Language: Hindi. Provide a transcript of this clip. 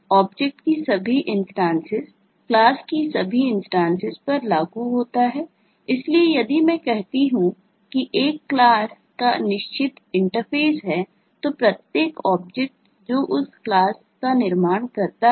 एब्स्ट्रेक्शन में क्या है